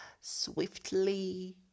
swiftly